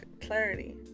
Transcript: clarity